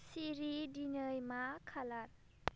सिरि दिनै मा खालार